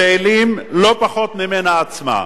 והם רעילים לא פחות ממנה עצמה: